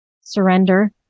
surrender